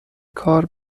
کار